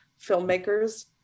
filmmakers